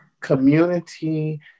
community